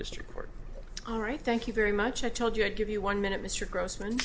district court all right thank you very much i told you i'd give you one minute mr grossman